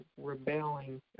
rebelling